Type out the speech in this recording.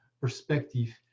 perspective